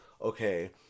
okay